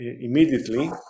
immediately